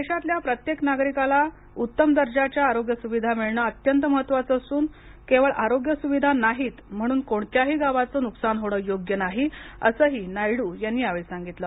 देशातल्या प्रत्येक नागरिकाला उत्तम दर्जाच्या आरोग्य सुविधा मिळण अत्यंत महत्वाचं असून केवळ आरोग्य सुविधा नाहीत म्हणून कोणत्याही गावाचं नुकसान होणं योग्य नाही असंही नायडू यावेळी म्हणाले